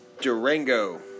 Durango